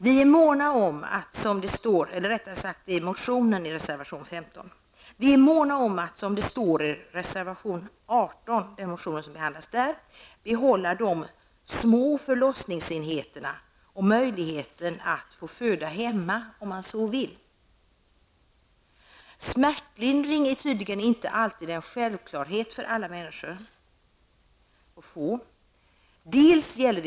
Vi är måna om, som det står i reservation nr 18, att behålla de små förlossningsenheterna och möjligheten att föda hemma om man vill. Det är tydligen inte självklart att alla människor skall få smärtlindring.